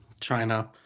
china